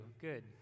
good